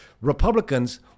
Republicans